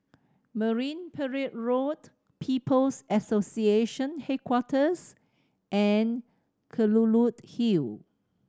Marine Parade Road People's Association Headquarters and Kelulut Hill